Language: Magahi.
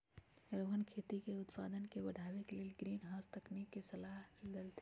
रोहन खेती के उत्पादन के बढ़ावे के लेल ग्रीनहाउस तकनिक के सलाह देलथिन